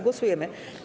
Głosujemy.